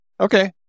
Okay